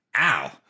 ow